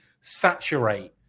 saturate